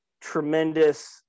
tremendous